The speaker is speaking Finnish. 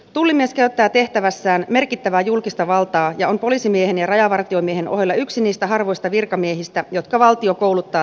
tullimies käyttää tehtävässään merkittävää julkista valtaa ja on poliisimiehen ja rajavartiomiehen ohella yksi niistä harvoista virkamiehistä jotka valtio kouluttaa tehtäväänsä